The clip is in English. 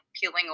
peeling